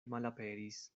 malaperis